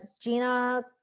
Gina